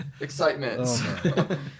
excitement